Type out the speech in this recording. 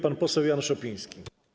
Pan poseł Jan Szopiński.